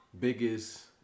biggest